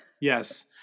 yes